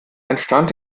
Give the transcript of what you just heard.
entstand